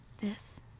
This